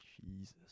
Jesus